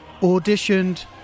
auditioned